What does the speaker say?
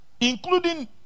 Including